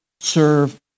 serve